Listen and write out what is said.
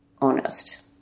honest